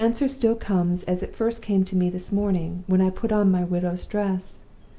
the answer still comes as it first came to me this morning, when i put on my widow's dress.